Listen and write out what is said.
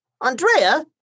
Andrea